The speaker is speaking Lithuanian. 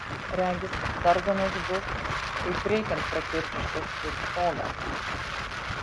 regis darganos bus kaip reikiant prakiurdžiusios ir stogą